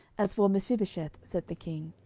as for mephibosheth, said the king,